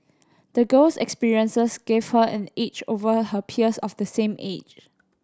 the girl's experiences gave her an edge over her peers of the same age